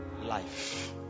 Life